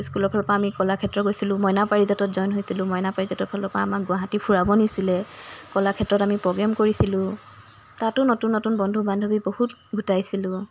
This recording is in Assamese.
স্কুলৰ ফালৰ পৰা আমি কলাক্ষেত্ৰ গৈছিলোঁ মইনা পাৰিজাতত জইন হৈছিলোঁ মইনা পাৰিজাতৰ ফালৰ পৰা আমাক গুৱাহাটী ফুৰাবলৈ নিছিলে কলাক্ষেত্ৰত আমি প্ৰগ্ৰেম কৰিছিলোঁ তাতো নতুন নতুন বন্ধু বান্ধৱী বহুত গোটাইছিলোঁ